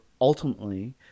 ultimately